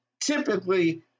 typically